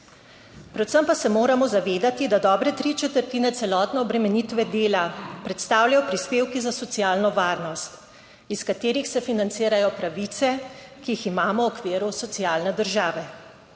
Predvsem pa se moramo zavedati, da dobre tri četrtine celotne 28. TRAK: (TB) - 12.15 (nadaljevanje) obremenitve dela predstavljajo prispevki za socialno varnost, iz katerih se financirajo pravice, ki jih imamo v okviru socialne države.